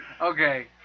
Okay